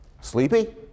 sleepy